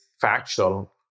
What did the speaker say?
factual